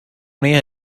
ner